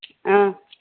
ஆ